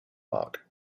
mark